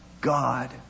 God